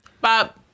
Bob